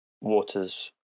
water's